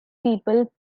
people